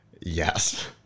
Yes